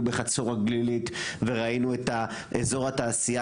בחצור הגלילית וראינו את אזור התעשייה,